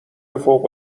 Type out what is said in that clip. فوق